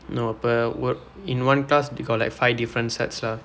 no இப்போ ஒர்~:ippo oor~ in one class they got like five different sets lah